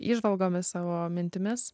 įžvalgomis savo mintimis